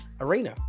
arena